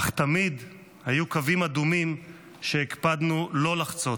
אך תמיד היו קווים אדומים שהקפדנו לא לחצות.